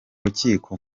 rukiko